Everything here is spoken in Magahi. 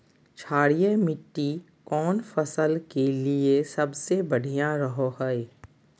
क्षारीय मिट्टी कौन फसल के लिए सबसे बढ़िया रहो हय?